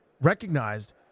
recognized –